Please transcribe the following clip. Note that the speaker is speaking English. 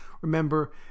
Remember